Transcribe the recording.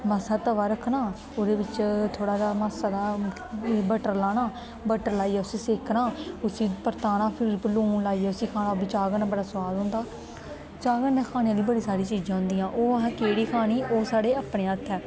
मासा हारा त'वा रक्खना ओह्दे बिच्च थोह्ड़ा जेहा मासा हारा बटर लाना बटर लाइयै उस्सी सेकना उस्सी परताना फिर ओह्दे लून लाइयै उस्सी खाना ओह् बी चाह् कन्नै बड़ा सोआद होंदा चाह् कन्नै खाने आह्ली बड़ी सारी चीजां होंदियां ओह् असें केह्ड़ी खानी ओह् साढ़े अपने हत्थ ऐ